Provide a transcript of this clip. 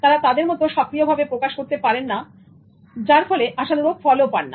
তারা তাদের মত সক্রিয়ভাবে প্রকাশ করতে পারেন না যার ফলে আশানুরূপ ফল ও পান না